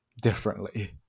differently